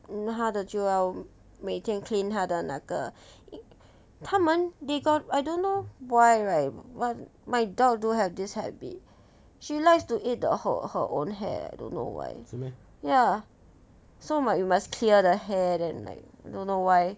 mm 它的就要每天 clean 它的那个他们 they got I don't know why right my my dog have this habit she likes to eat her her own hair don't know why ya so you must you must clear the hair and like I don't know why